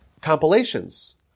compilations